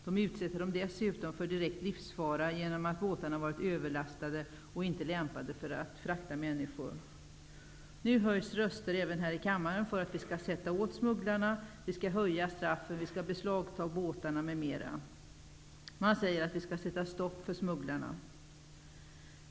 De utsätter dem dess utom för direkt livsfara genom att båtarna varit överlastade och inte lämpade för att frakta männi skor. Nu höjs röster även här i kammaren för att vi skall sätta åt smugglarna -- höja straffen, beslagta båtarna, m.m. Man säger att vi skall sätta stopp för smugglarna.